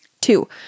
Two